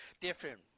different